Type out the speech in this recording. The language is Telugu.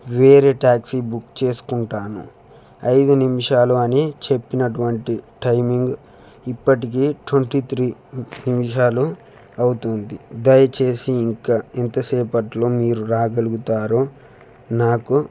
వేరే టాక్సీ బుక్ చేసుకుంటాను ఐదు నిమిషాలు అని చెప్పినటువంటి టైమింగ్ ఇప్పటికి ట్వంటీ త్రీ నిమిషాలు అవుతుంది దయచేసి ఇంకా ఎంత సేపట్లో మీరు రాగలుగుతారో నాకు